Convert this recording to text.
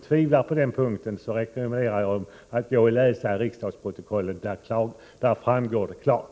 Tvivlar någon på detta, rekommenderar jag en läsning av riksdagsprotokollet. Där framgår detta klart.